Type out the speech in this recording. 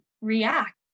react